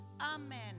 Amen